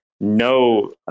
no